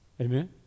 Amen